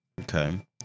Okay